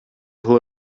hello